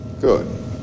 Good